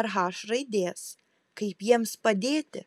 ar h raidės kaip jiems padėti